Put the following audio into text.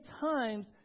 times